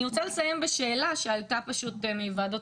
אני רוצה לסיים בשאלה שעלתה פשוט מוועדות